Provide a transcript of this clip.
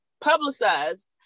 publicized